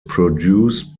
produced